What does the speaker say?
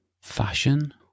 fashion